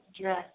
dress